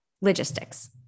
logistics